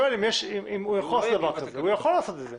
הוא יכול לעשות את זה.